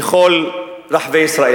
מכל רחבי ישראל.